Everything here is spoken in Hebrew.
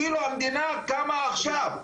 כאילו המדינה הוקמה עכשיו.